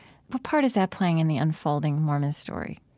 what part is that playing in the unfolding mormon story?